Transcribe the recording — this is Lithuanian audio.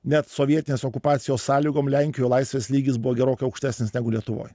net sovietinės okupacijos sąlygom lenkijoj laisvės lygis buvo gerokai aukštesnis negu lietuvoj